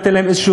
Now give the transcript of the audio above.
ניתן להם איזשהו,